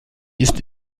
ist